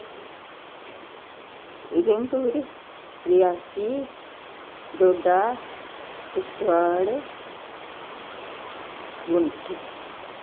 Udhampur Reasi Doda Kishtwar Poonch